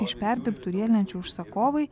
iš perdirbtų riedlenčių užsakovai